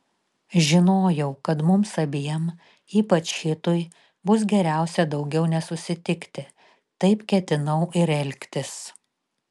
žinojau kad mums abiem ypač hitui bus geriausia daugiau nesusitikti taip ketinau ir elgtis